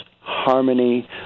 harmony